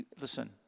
Listen